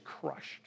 crushed